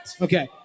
Okay